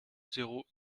zéro